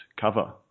cover